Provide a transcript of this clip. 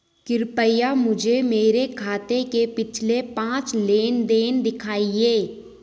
कृपया मुझे मेरे खाते के पिछले पांच लेन देन दिखाएं